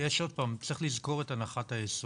צריך לזכור את הנחת היסוד.